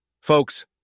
Folks